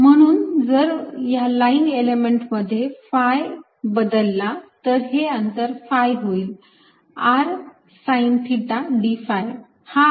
म्हणून जर या लाईन एलिमेंट मध्ये मी phi बदलला तर हे अंतर phi होईल r sine theta d phi